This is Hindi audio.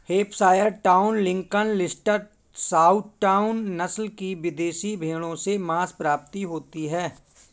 Hampshire town, Lincoln, Leicester, south town, नस्ल की विदेशी भेंड़ों से माँस प्राप्ति होती है